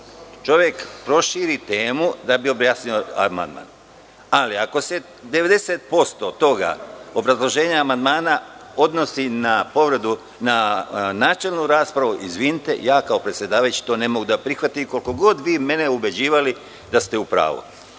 čovek proširi temu da bi objasnio amandman, ali ako se 90% obrazloženja amandmana odnosi na načelnu raspravu, izvinite, ja kao predsedavajući to ne mogu da prihvatim, koliko god vi mene ubeđivali da ste u